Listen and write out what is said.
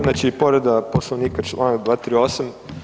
Znači povreda Poslovnika, čl. 238.